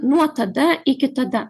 nuo tada iki tada